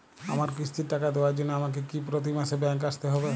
আমার কিস্তির টাকা দেওয়ার জন্য আমাকে কি প্রতি মাসে ব্যাংক আসতে হব?